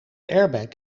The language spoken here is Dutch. airbag